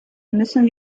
müssen